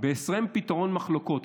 בהסכם פתרון מחלוקות,